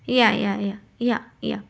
ya ya ya ya ya